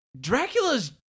Dracula's